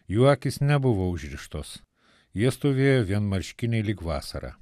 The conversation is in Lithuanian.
jų akys nebuvo užrištos jie stovėjo vienmarškiniai lyg vasarą